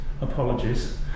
apologies